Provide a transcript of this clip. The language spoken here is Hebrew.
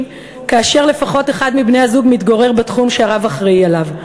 כאשר לפחות אחד מבני-הזוג מתגורר בתחום שהרב אחראי לו,